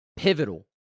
Pivotal